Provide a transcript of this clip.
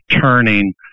turning